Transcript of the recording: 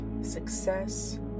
success